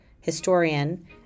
historian